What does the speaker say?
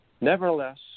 Nevertheless